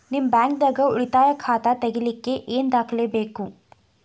ನಿಮ್ಮ ಬ್ಯಾಂಕ್ ದಾಗ್ ಉಳಿತಾಯ ಖಾತಾ ತೆಗಿಲಿಕ್ಕೆ ಏನ್ ದಾಖಲೆ ಬೇಕು?